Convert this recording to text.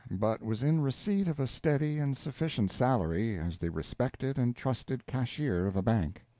but was in receipt of a steady and sufficient salary, as the respected and trusted cashier of a bank.